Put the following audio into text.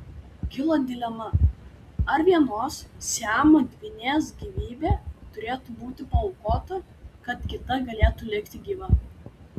kilo dilema ar vienos siamo dvynės gyvybė turėtų būti paaukota kad kita galėtų likti gyva